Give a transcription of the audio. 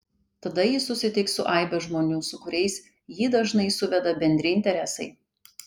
tada jis susitiks su aibe žmonių su kuriais jį dažnai suveda bendri interesai